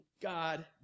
God